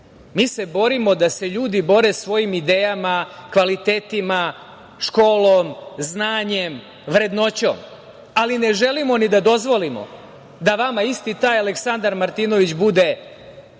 mi se borimo da se ljudi bore svojim idejama, kvalitetima, školom, znanjem, vrednoćom, ali ne želimo ni da dozvolimo da vama isti taj Aleksandar Martinović bude kao